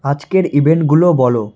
আজকের ইভেন্টগুলো বল